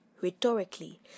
rhetorically